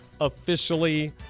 officially